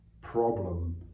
problem